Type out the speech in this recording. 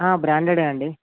branded అండి